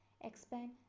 expand